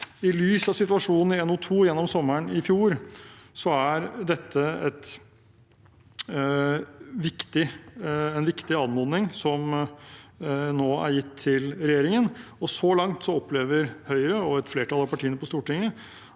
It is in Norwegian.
I lys av situasjonen i NO2 gjennom sommeren i fjor er dette en viktig anmodning, som nå er gitt til regjeringen. Så langt opplever Høyre og et flertall av partiene på Stortinget